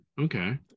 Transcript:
okay